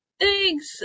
Thanks